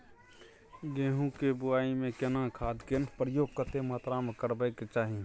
गेहूं के बुआई में केना खाद के प्रयोग कतेक मात्रा में करबैक चाही?